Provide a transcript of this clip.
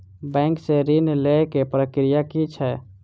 Bank सऽ ऋण लेय केँ प्रक्रिया की छीयै?